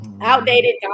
outdated